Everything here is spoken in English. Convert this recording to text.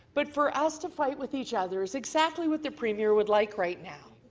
but for us to fight with each other is exactly what the premiere would like right now.